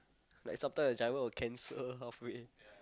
like sometimes the driver will cancel halfway